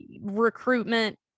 recruitment